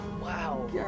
Wow